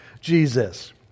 Jesus